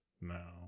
No